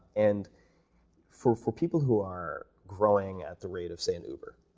and for for people who are growing at the rate of, say, and uber,